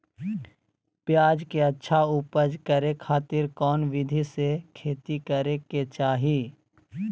प्याज के अच्छा उपज करे खातिर कौन विधि से खेती करे के चाही?